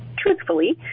Truthfully